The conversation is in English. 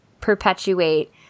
perpetuate –